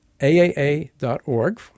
AAA.org